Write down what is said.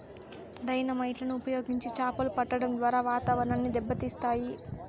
dynamite లను ఉపయోగించి చాపలు పట్టడం ద్వారా వాతావరణాన్ని దెబ్బ తీస్తాయి